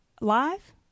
Live